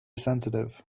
sensitive